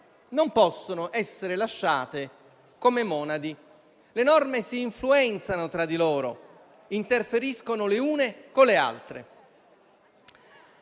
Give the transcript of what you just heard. non possono essere lasciate come monadi: si influenzano tra di loro e interferiscono le une con le altre.